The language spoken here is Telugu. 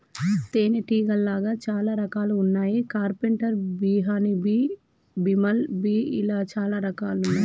తేనే తీగలాల్లో చాలా రకాలు వున్నాయి carpenter bee honey bee, bumble bee ఇలా చాలా రకాలు